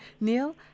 Neil